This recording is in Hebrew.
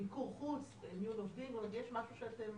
מיקור חוץ, מיון עובדים יש עוד משהו שאתם